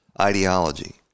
ideology